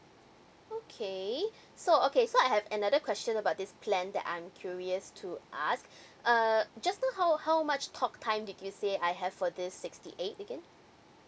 okay so okay so I have another question about this plan that I'm curious to ask uh just know how how much talk time did you say I have for this sixty eight again